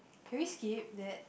can we skip that